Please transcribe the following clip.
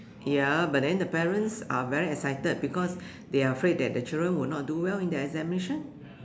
ya but then the parents are very excited because they are afraid that the children will not do well in the examination